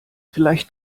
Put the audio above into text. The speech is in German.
vielleicht